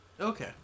Okay